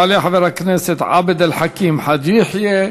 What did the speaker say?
יעלה חבר הכנסת עבד אל חכים חאג' יחיא,